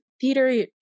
theater